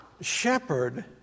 shepherd